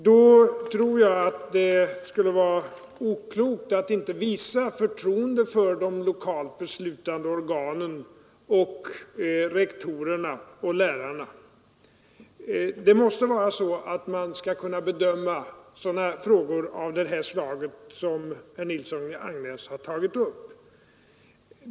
Då tror jag att det skulle vara oklokt att inte visa förtroende för de lokala beslutande organen — och rektorerna och lärarna. Det måste vara så att de skall kunna bedöma frågor av det slag som herr Nilsson i Agnäs har tagit upp.